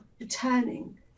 returning